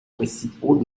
principaux